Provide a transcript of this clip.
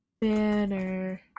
Banner